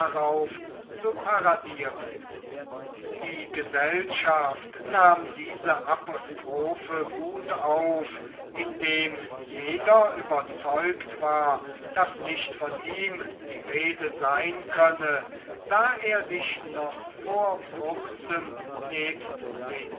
darauf zu paradieren die gesellschaft nahm diese apostrophe gut auf indem jeder überzeugt war daß nicht von ihm die rede sein könne da er sich noch vor kurzem nebst den